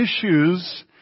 issues